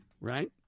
right